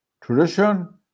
Tradition